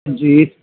جی